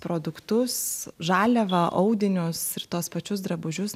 produktus žaliavą audinius ir tuos pačius drabužius